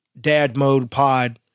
dadmodepod